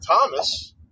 Thomas